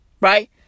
Right